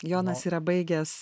jonas yra baigęs